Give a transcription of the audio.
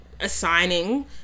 assigning